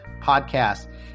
Podcast